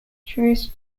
jewish